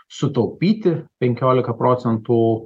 sutaupyti penkiolika procentų